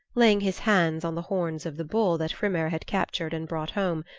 laying his hands on the horns of the bull that hrymer had captured and brought home,